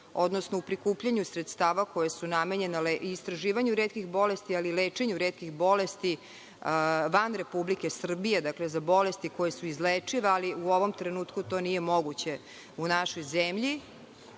odnosno u prikupljanju sredstava koja su namenjena istraživanju retkih bolesti, ali i lečenju retkih bolesti i bolesti van Republike Srbije, dakle za bolesti koje su izlečive, ali u ovom trenutku to nije moguće u našoj zemlji.